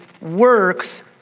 works